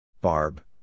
Barb